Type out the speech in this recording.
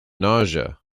nausea